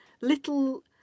little